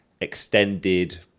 extended